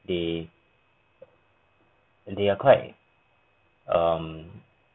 they they are quite um